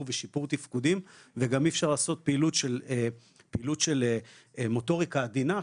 ושיפור תפקודים וגם אי אפשר לעשות פעילות של מוטוריקה עדינה,